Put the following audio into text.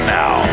now